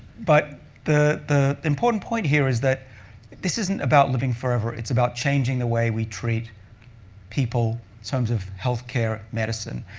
but the the important point here is that this isn't about living forever, it's about changing the way we treat people in terms of health care, medicine.